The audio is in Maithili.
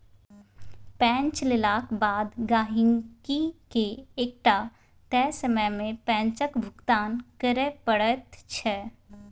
पैंच लेलाक बाद गहिंकीकेँ एकटा तय समय मे पैंचक भुगतान करय पड़ैत छै